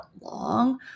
long